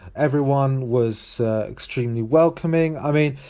everyone was extremely welcoming. i mean,